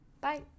Bye